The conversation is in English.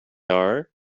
are